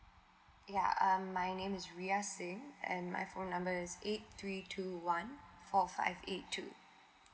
ya um my name is viya singh and my phone number is eight three two one four five eight two